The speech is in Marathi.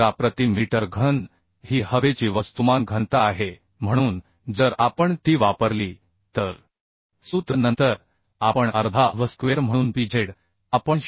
प्रति मीटर घन ही हवेची वस्तुमान घनता आहे म्हणून जर आपण ती वापरली तर सूत्र नंतर आपण अर्धा v स्क्वेअर म्हणून pz आपण 0